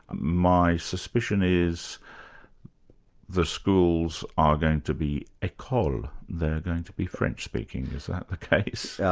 my suspicion is the schools are going to be ecole, they're going to be french-speaking, is that the case?